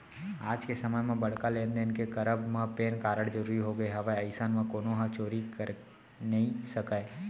आज के समे म बड़का लेन देन के करब म पेन कारड जरुरी होगे हवय अइसन म कोनो ह चोरी करे नइ सकय